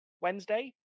Wednesday